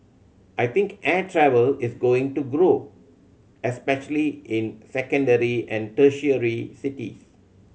I think air travel is going to grow especially in secondary and tertiary cities